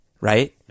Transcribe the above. right